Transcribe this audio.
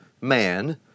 man